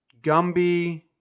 Gumby